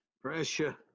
Pressure